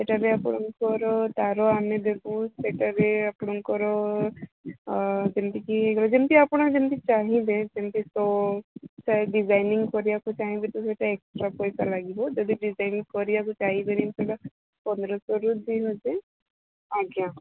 ଏଇଟା ବି ଆପଣଙ୍କର ତାର ଆମେ ଦେବୁ ସେଇଟା ବି ଆପଣଙ୍କର ଯେମିତି କି ଯେମିତି ଆପଣ ଯେମିତି ଚାହିଁବେ ସେମିତି ତ ସେ ଡିଜାଇନିଙ୍ଗ୍ କରିବାକୁ ଚାହିଁବେ ତ ସେଇଟା ଏକ୍ଟ୍ରା ପଇସା ଲାଗିବ ଯଦି ଡିଜାଇନିଙ୍ଗ୍ କରିବାକୁ ଚାହିଁବେନି ସେଇଟା ପନ୍ଦର ଶହରୁ ଦୁଇ ହଜାର ଆଜ୍ଞା